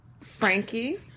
Frankie